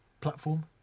platform